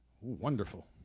Wonderful